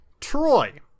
Troy